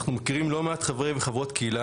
אנחנו מכירים לא מעט חברי וחברות קהילה